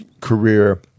career